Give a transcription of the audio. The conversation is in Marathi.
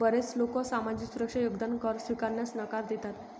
बरेच लोक सामाजिक सुरक्षा योगदान कर स्वीकारण्यास नकार देतात